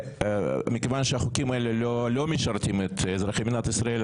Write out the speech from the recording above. מכיוון שהחוקים האלה לא משרתים את אזרחי מדינת ישראל,